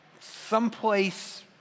someplace